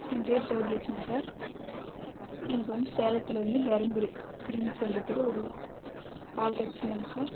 என் பேயரு ஜோதிலட்சுமி சார் எனக்கு வந்து சேலத்துலேருந்து தருமபுரி திரும்பி செல்கிறதுக்கு ஒரு கால் டேக்ஸி வேணும் சார்